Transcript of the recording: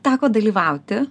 teko dalyvauti